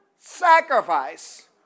sacrifice